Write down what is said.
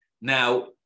Now